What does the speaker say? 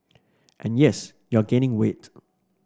and yes you're gaining weight